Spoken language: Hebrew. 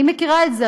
אני מכירה את זה,